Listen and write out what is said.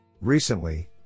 Recently